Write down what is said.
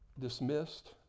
dismissed